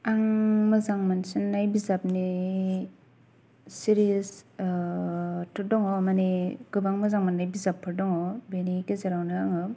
आं मोजां मोनसिन्नाय बिजाबनि सिरिस थ' दङ माने गोबां मोजां मोननाय बिजाबफोर दङ बेनि गेजेरावनो आङो